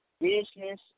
business